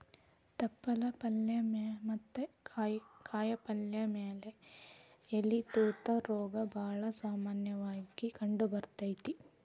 ತಪ್ಪಲ ಪಲ್ಲೆ ಮತ್ತ ಕಾಯಪಲ್ಲೆ ಬೆಳಿ ಮ್ಯಾಲೆ ಎಲಿ ತೂತ ರೋಗ ಬಾಳ ಸಾಮನ್ಯವಾಗಿ ಕಂಡಬರ್ತೇತಿ